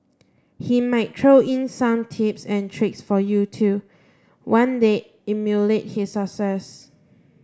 he might throw in some tips and tricks for you to one day emulate his success